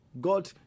God